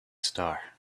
star